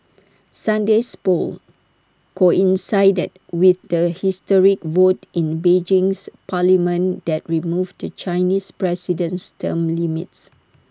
Sunday's polls coincided with the historic vote in Beijing's parliament that removed the Chinese president's term limits